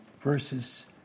Verses